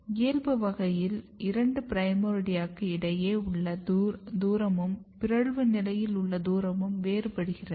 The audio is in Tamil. இயல்பு வகையில் இரண்டு பிரைமோர்டியாக்கு இடையில் உள்ள தூரமும் பிறழ்வு நிலையில் உள்ள தூரமும் வேறுபடுகிறது